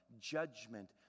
Judgment